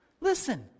Listen